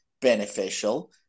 beneficial